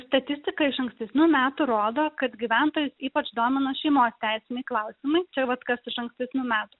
statistika iš ankstesnių metų rodo kad gyventojus ypač domina šeimos teisiniai klausimai čia vat kas iš ankstesnių metų